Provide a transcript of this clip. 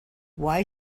why